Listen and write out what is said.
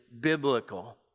biblical